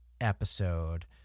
episode